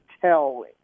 tell